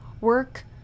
work